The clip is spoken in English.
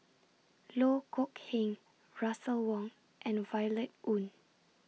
Loh Kok Heng Russel Wong and Violet Oon